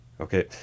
Okay